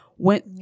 went